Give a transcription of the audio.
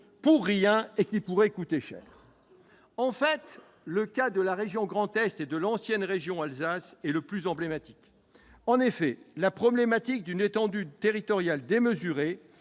pour rien qui pourrait coûter cher. En fait, le cas de la région Grand Est et de l'ancienne région Alsace est particulièrement emblématique. En effet, la problématique d'une étendue territoriale démesurée